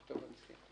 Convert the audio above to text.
סיימתי.